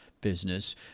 business